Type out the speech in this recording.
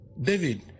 David